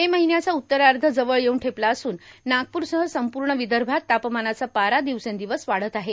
मे महिन्याचा उत्तरार्ध जवळ येऊन ठेपला असून नागपूरसह संप्र्ण विदर्भात तापमानाचा पारा दिवसेंदिवस वाढत आहे